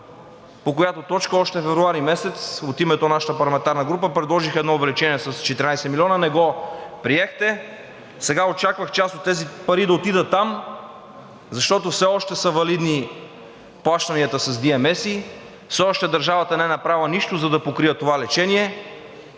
по която точка още февруари месец от името на нашата парламентарна група предложих едно увеличение с 14 милиона, не го приехте. Сега очаквах част от тези пари да отидат там, защото все още са валидни плащанията с DMS-и, все още държавата не е направила нищо, за да покрие това лечение